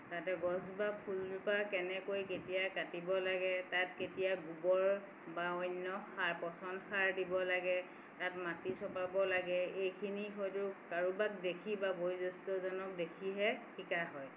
তাতে গছজোপা ফুলজোপা কেনেকৈ কেতিয়া কাটিব লাগে তাত কেতিয়া গোবৰ বা অন্য সাৰ পচন সাৰ দিব লাগে তাত মাটি চপাব লাগে এইখিনি হয়তো কাৰোবাক দেখি বা বয়োজ্যেষ্ঠজনক দেখিহে শিকা হয়